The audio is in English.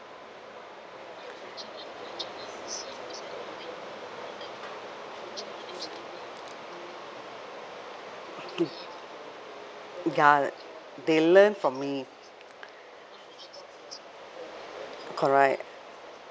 ya they learn from me correct